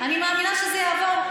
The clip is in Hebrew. אני מאמינה שזה יעבור.